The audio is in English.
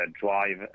drive